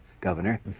governor